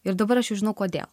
ir dabar aš jau žinau kodėl